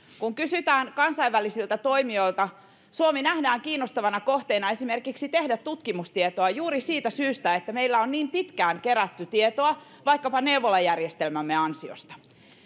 kun kysytään kansainvälisiltä toimijoilta suomi nähdään kiinnostavana kohteena esimerkiksi tehdä tutkimustietoa juuri siitä syystä että meillä on niin pitkään kerätty tietoa vaikkapa neuvolajärjestelmämme ansiosta